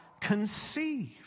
conceive